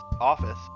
office